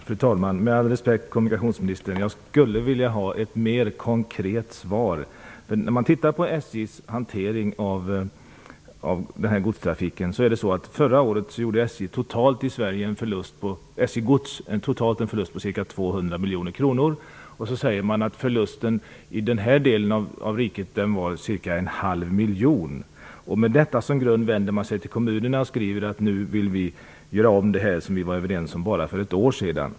Fru talman! Med all respekt, kommunikationsministern: Jag skulle vilja ha ett mer konkret svar. När vi tittar på SJ:s hantering av godstrafiken ser vi att SJ 200 miljoner kronor. Man säger att förlusten i denna del av riket var ca en halv miljon. Med detta som grund vänder man sig till kommunerna och skriver att man vill göra om det som parterna var överens om för bara ett år sedan.